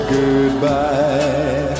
goodbye